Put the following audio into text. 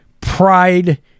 pride